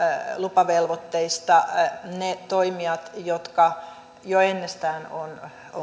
lupavelvoitteista ne toimijat jotka jo ennestään ovat